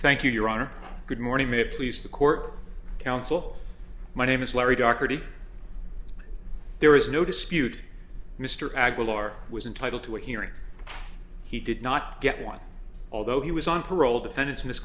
thank you your honor good morning me please the court counsel my name is larry dougherty there is no dispute mr aguilar was entitled to a hearing he did not get one although he was on parole defendant's mis